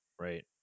right